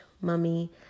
Mummy